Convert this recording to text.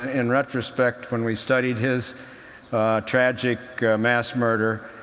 ah in retrospect, when we studied his tragic mass murder,